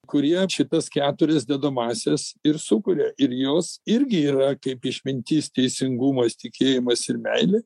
kurie šitas keturias dedamąsias ir sukuria ir jos irgi yra kaip išmintis teisingumas tikėjimas ir meilė